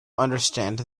understand